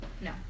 No